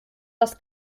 das